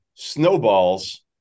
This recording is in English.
snowballs